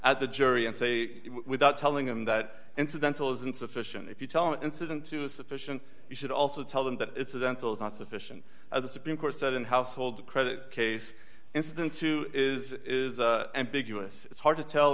the jury and say without telling them that incidental is insufficient if you tell incident to a sufficient you should also tell them that it's a dental is not sufficient as the supreme court said in household credit case incident two is is ambiguous it's hard to tell